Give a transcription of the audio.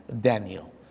Daniel